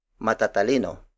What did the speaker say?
matatalino